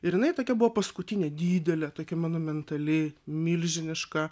ir jinai tokia buvo paskutinė didelė tokia monumentali milžiniška